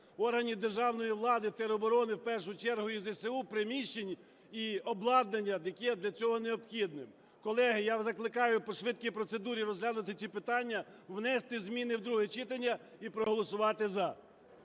органів державної влади тероборони в першу чергу і ЗСУ приміщень і обладнання, яке для цього необхідно. Колеги, я закликаю по швидкій процедурі розглянути ці питання, внести зміни в друге читання і проголосувати "за".